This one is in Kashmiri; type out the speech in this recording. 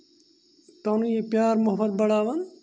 پَنُن یہِ پیار محبت بَڑاوان